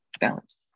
balance